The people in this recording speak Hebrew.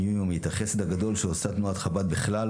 יומיומי את החסד הגדול שעושה תנועת חב"ד בכלל,